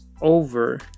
over